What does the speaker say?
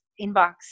inbox